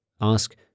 Ask